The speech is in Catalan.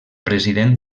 president